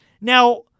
now